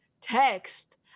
text